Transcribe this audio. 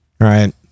right